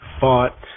fought